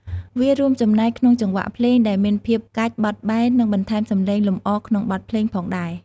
វារួមចំណែកក្នុងចង្វាក់ភ្លេងដែលមានភាពកាច់បត់បែន និងបន្ថែមសំនៀងលម្អក្នុងបទភ្លេងផងដែរ។